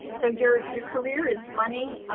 so, your your career is funny.